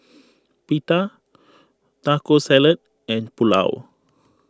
Pita Taco Salad and Pulao